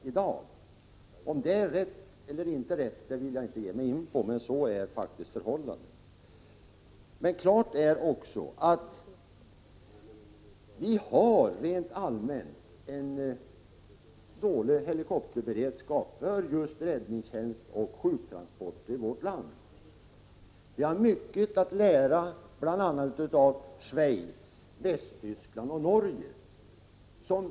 Om det är rätt eller inte vill jag inte uttala mig om, men så är faktiskt fallet. Klart är också att vi i vårt land rent allmänt har en dålig helikopterberedskap för räddningstjänst och sjuktransporter. Vi har mycket att lära bl.a. av Schweiz, Västtyskland och Norge.